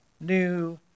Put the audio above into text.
new